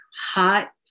hot